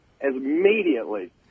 immediately